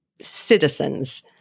citizens